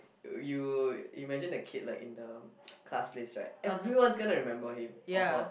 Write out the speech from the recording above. you'll imagine the kid like in the class list right everyone's gonna remember him or her